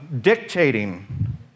dictating